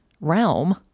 realm